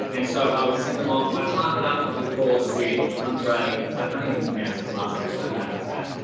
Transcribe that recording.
and so i would send them off. i partnered up for the the course with andre i can't even pronounce his last name, how bad and is that?